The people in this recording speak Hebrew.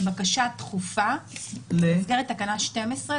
ובקשה דחופה במסגרת תקנה 12,